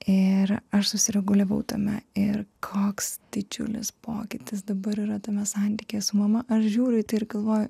ir aš susireguliavau tame ir koks didžiulis pokytis dabar yra tame santykyje su mama aš žiūriu į tai ir galvoju